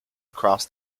across